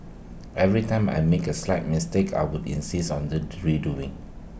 every time I make A slight mistake I would insist on this redoing